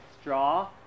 straw